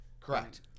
Correct